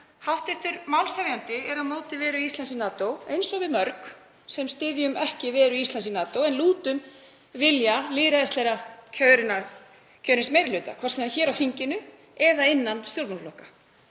En hv. málshefjandi er á móti veru Íslands í NATO, eins og við mörg sem styðjum ekki veru Íslands í NATO en lútum vilja lýðræðislega kjörins meiri hluta, hvort sem er hér á þinginu eða innan stjórnmálaflokka.